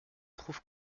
trouve